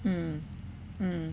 mm mm